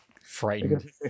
*Frightened*